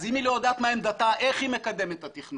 אז אם היא לא יודעת מה עמדתה איך היא מקדמת את התכנון?